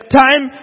time